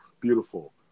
beautiful